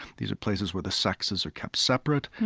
these are places where the sexes are kept separate,